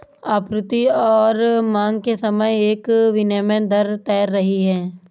आपूर्ति और मांग के समय एक विनिमय दर तैर रही है